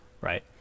right